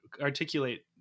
articulate